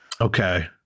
okay